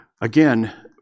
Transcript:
again